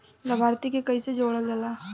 लभार्थी के कइसे जोड़ल जाला?